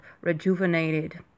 rejuvenated